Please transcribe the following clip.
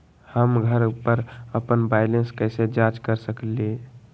हम घर पर अपन बैलेंस कैसे जाँच कर सकेली?